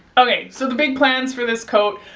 okay so the big plans for this coat